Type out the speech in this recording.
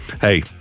hey